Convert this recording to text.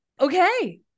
Okay